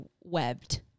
webbed